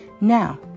Now